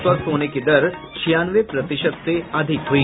स्वस्थ होने की दर छियानवे प्रतिशत से अधिक हुई